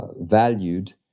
valued